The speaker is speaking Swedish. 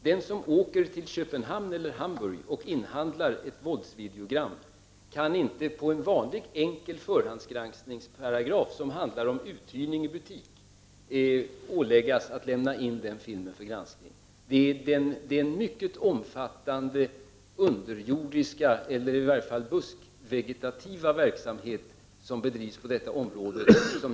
Den som åker till Köpenhamn eller Hamburg och inhandlar ett våldsvideogram kan inte med en vanlig enkel förhandsgranskningsparagraf som handlar om uthyrning i butik åläggas att lämna in den filmen för granskning. Det är en mycket omfattande underjordisk eller i varje fall buskvegetativ verksamhet som bedrivs på detta område.